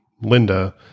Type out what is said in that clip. Linda